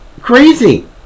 crazy